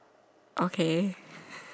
okay